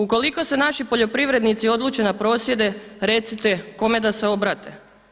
Ukoliko se naši poljoprivrednici odluče na prosvjede recite kome da se obrate.